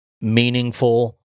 meaningful